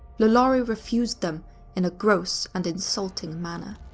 lalaurie refused them in a gross and insulting manner.